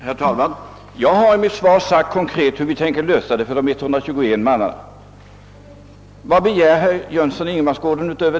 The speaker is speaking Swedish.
Herr talman! Jag har i mitt svar konkret visat hur vi tänker ordna det för de 121 arbetarna. Vad begär kerr Jönsson i Ingemarsgården därutöver?